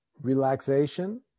Relaxation